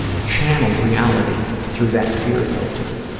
channel reality through that fear filter